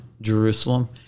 Jerusalem